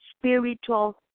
spiritual